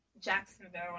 Jacksonville